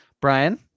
brian